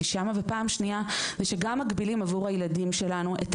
שם ופעם שנייה זה שגם מגבילים עבור הילדים שלנו את